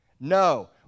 No